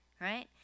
right